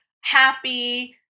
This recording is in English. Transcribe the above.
happy